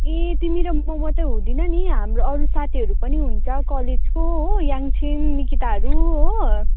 ए तिमी र म मात्रै हुँदैन नि हाम्रो अरू साथीहरू पनि हुन्छ कलेजको हो याङ्छेन निकिताहरू हो